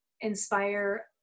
inspire